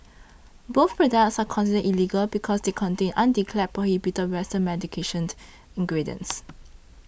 both products are considered illegal because they contain undeclared prohibited western medications ingredients